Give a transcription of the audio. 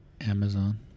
Amazon